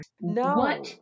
No